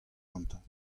gantañ